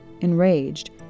Enraged